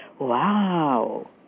Wow